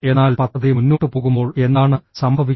എന്നാൽ പദ്ധതി മുന്നോട്ട് പോകുമ്പോൾ എന്താണ് സംഭവിക്കുന്നത്